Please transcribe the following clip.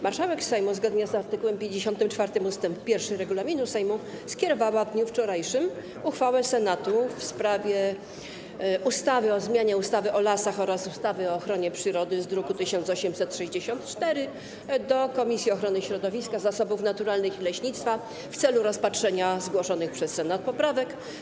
Marszałek Sejmu, zgodnie z art. 54 ust. 1 regulaminu Sejmu, skierowała w dniu wczorajszym uchwałę Senatu w sprawie ustawy o zmianie ustawy o lasach oraz ustawy o ochronie przyrody z druku nr 1864 do Komisji Ochrony Środowiska, Zasobów Naturalnych i Leśnictwa w celu rozpatrzenia zgłoszonych przez Senat poprawek.